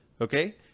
Okay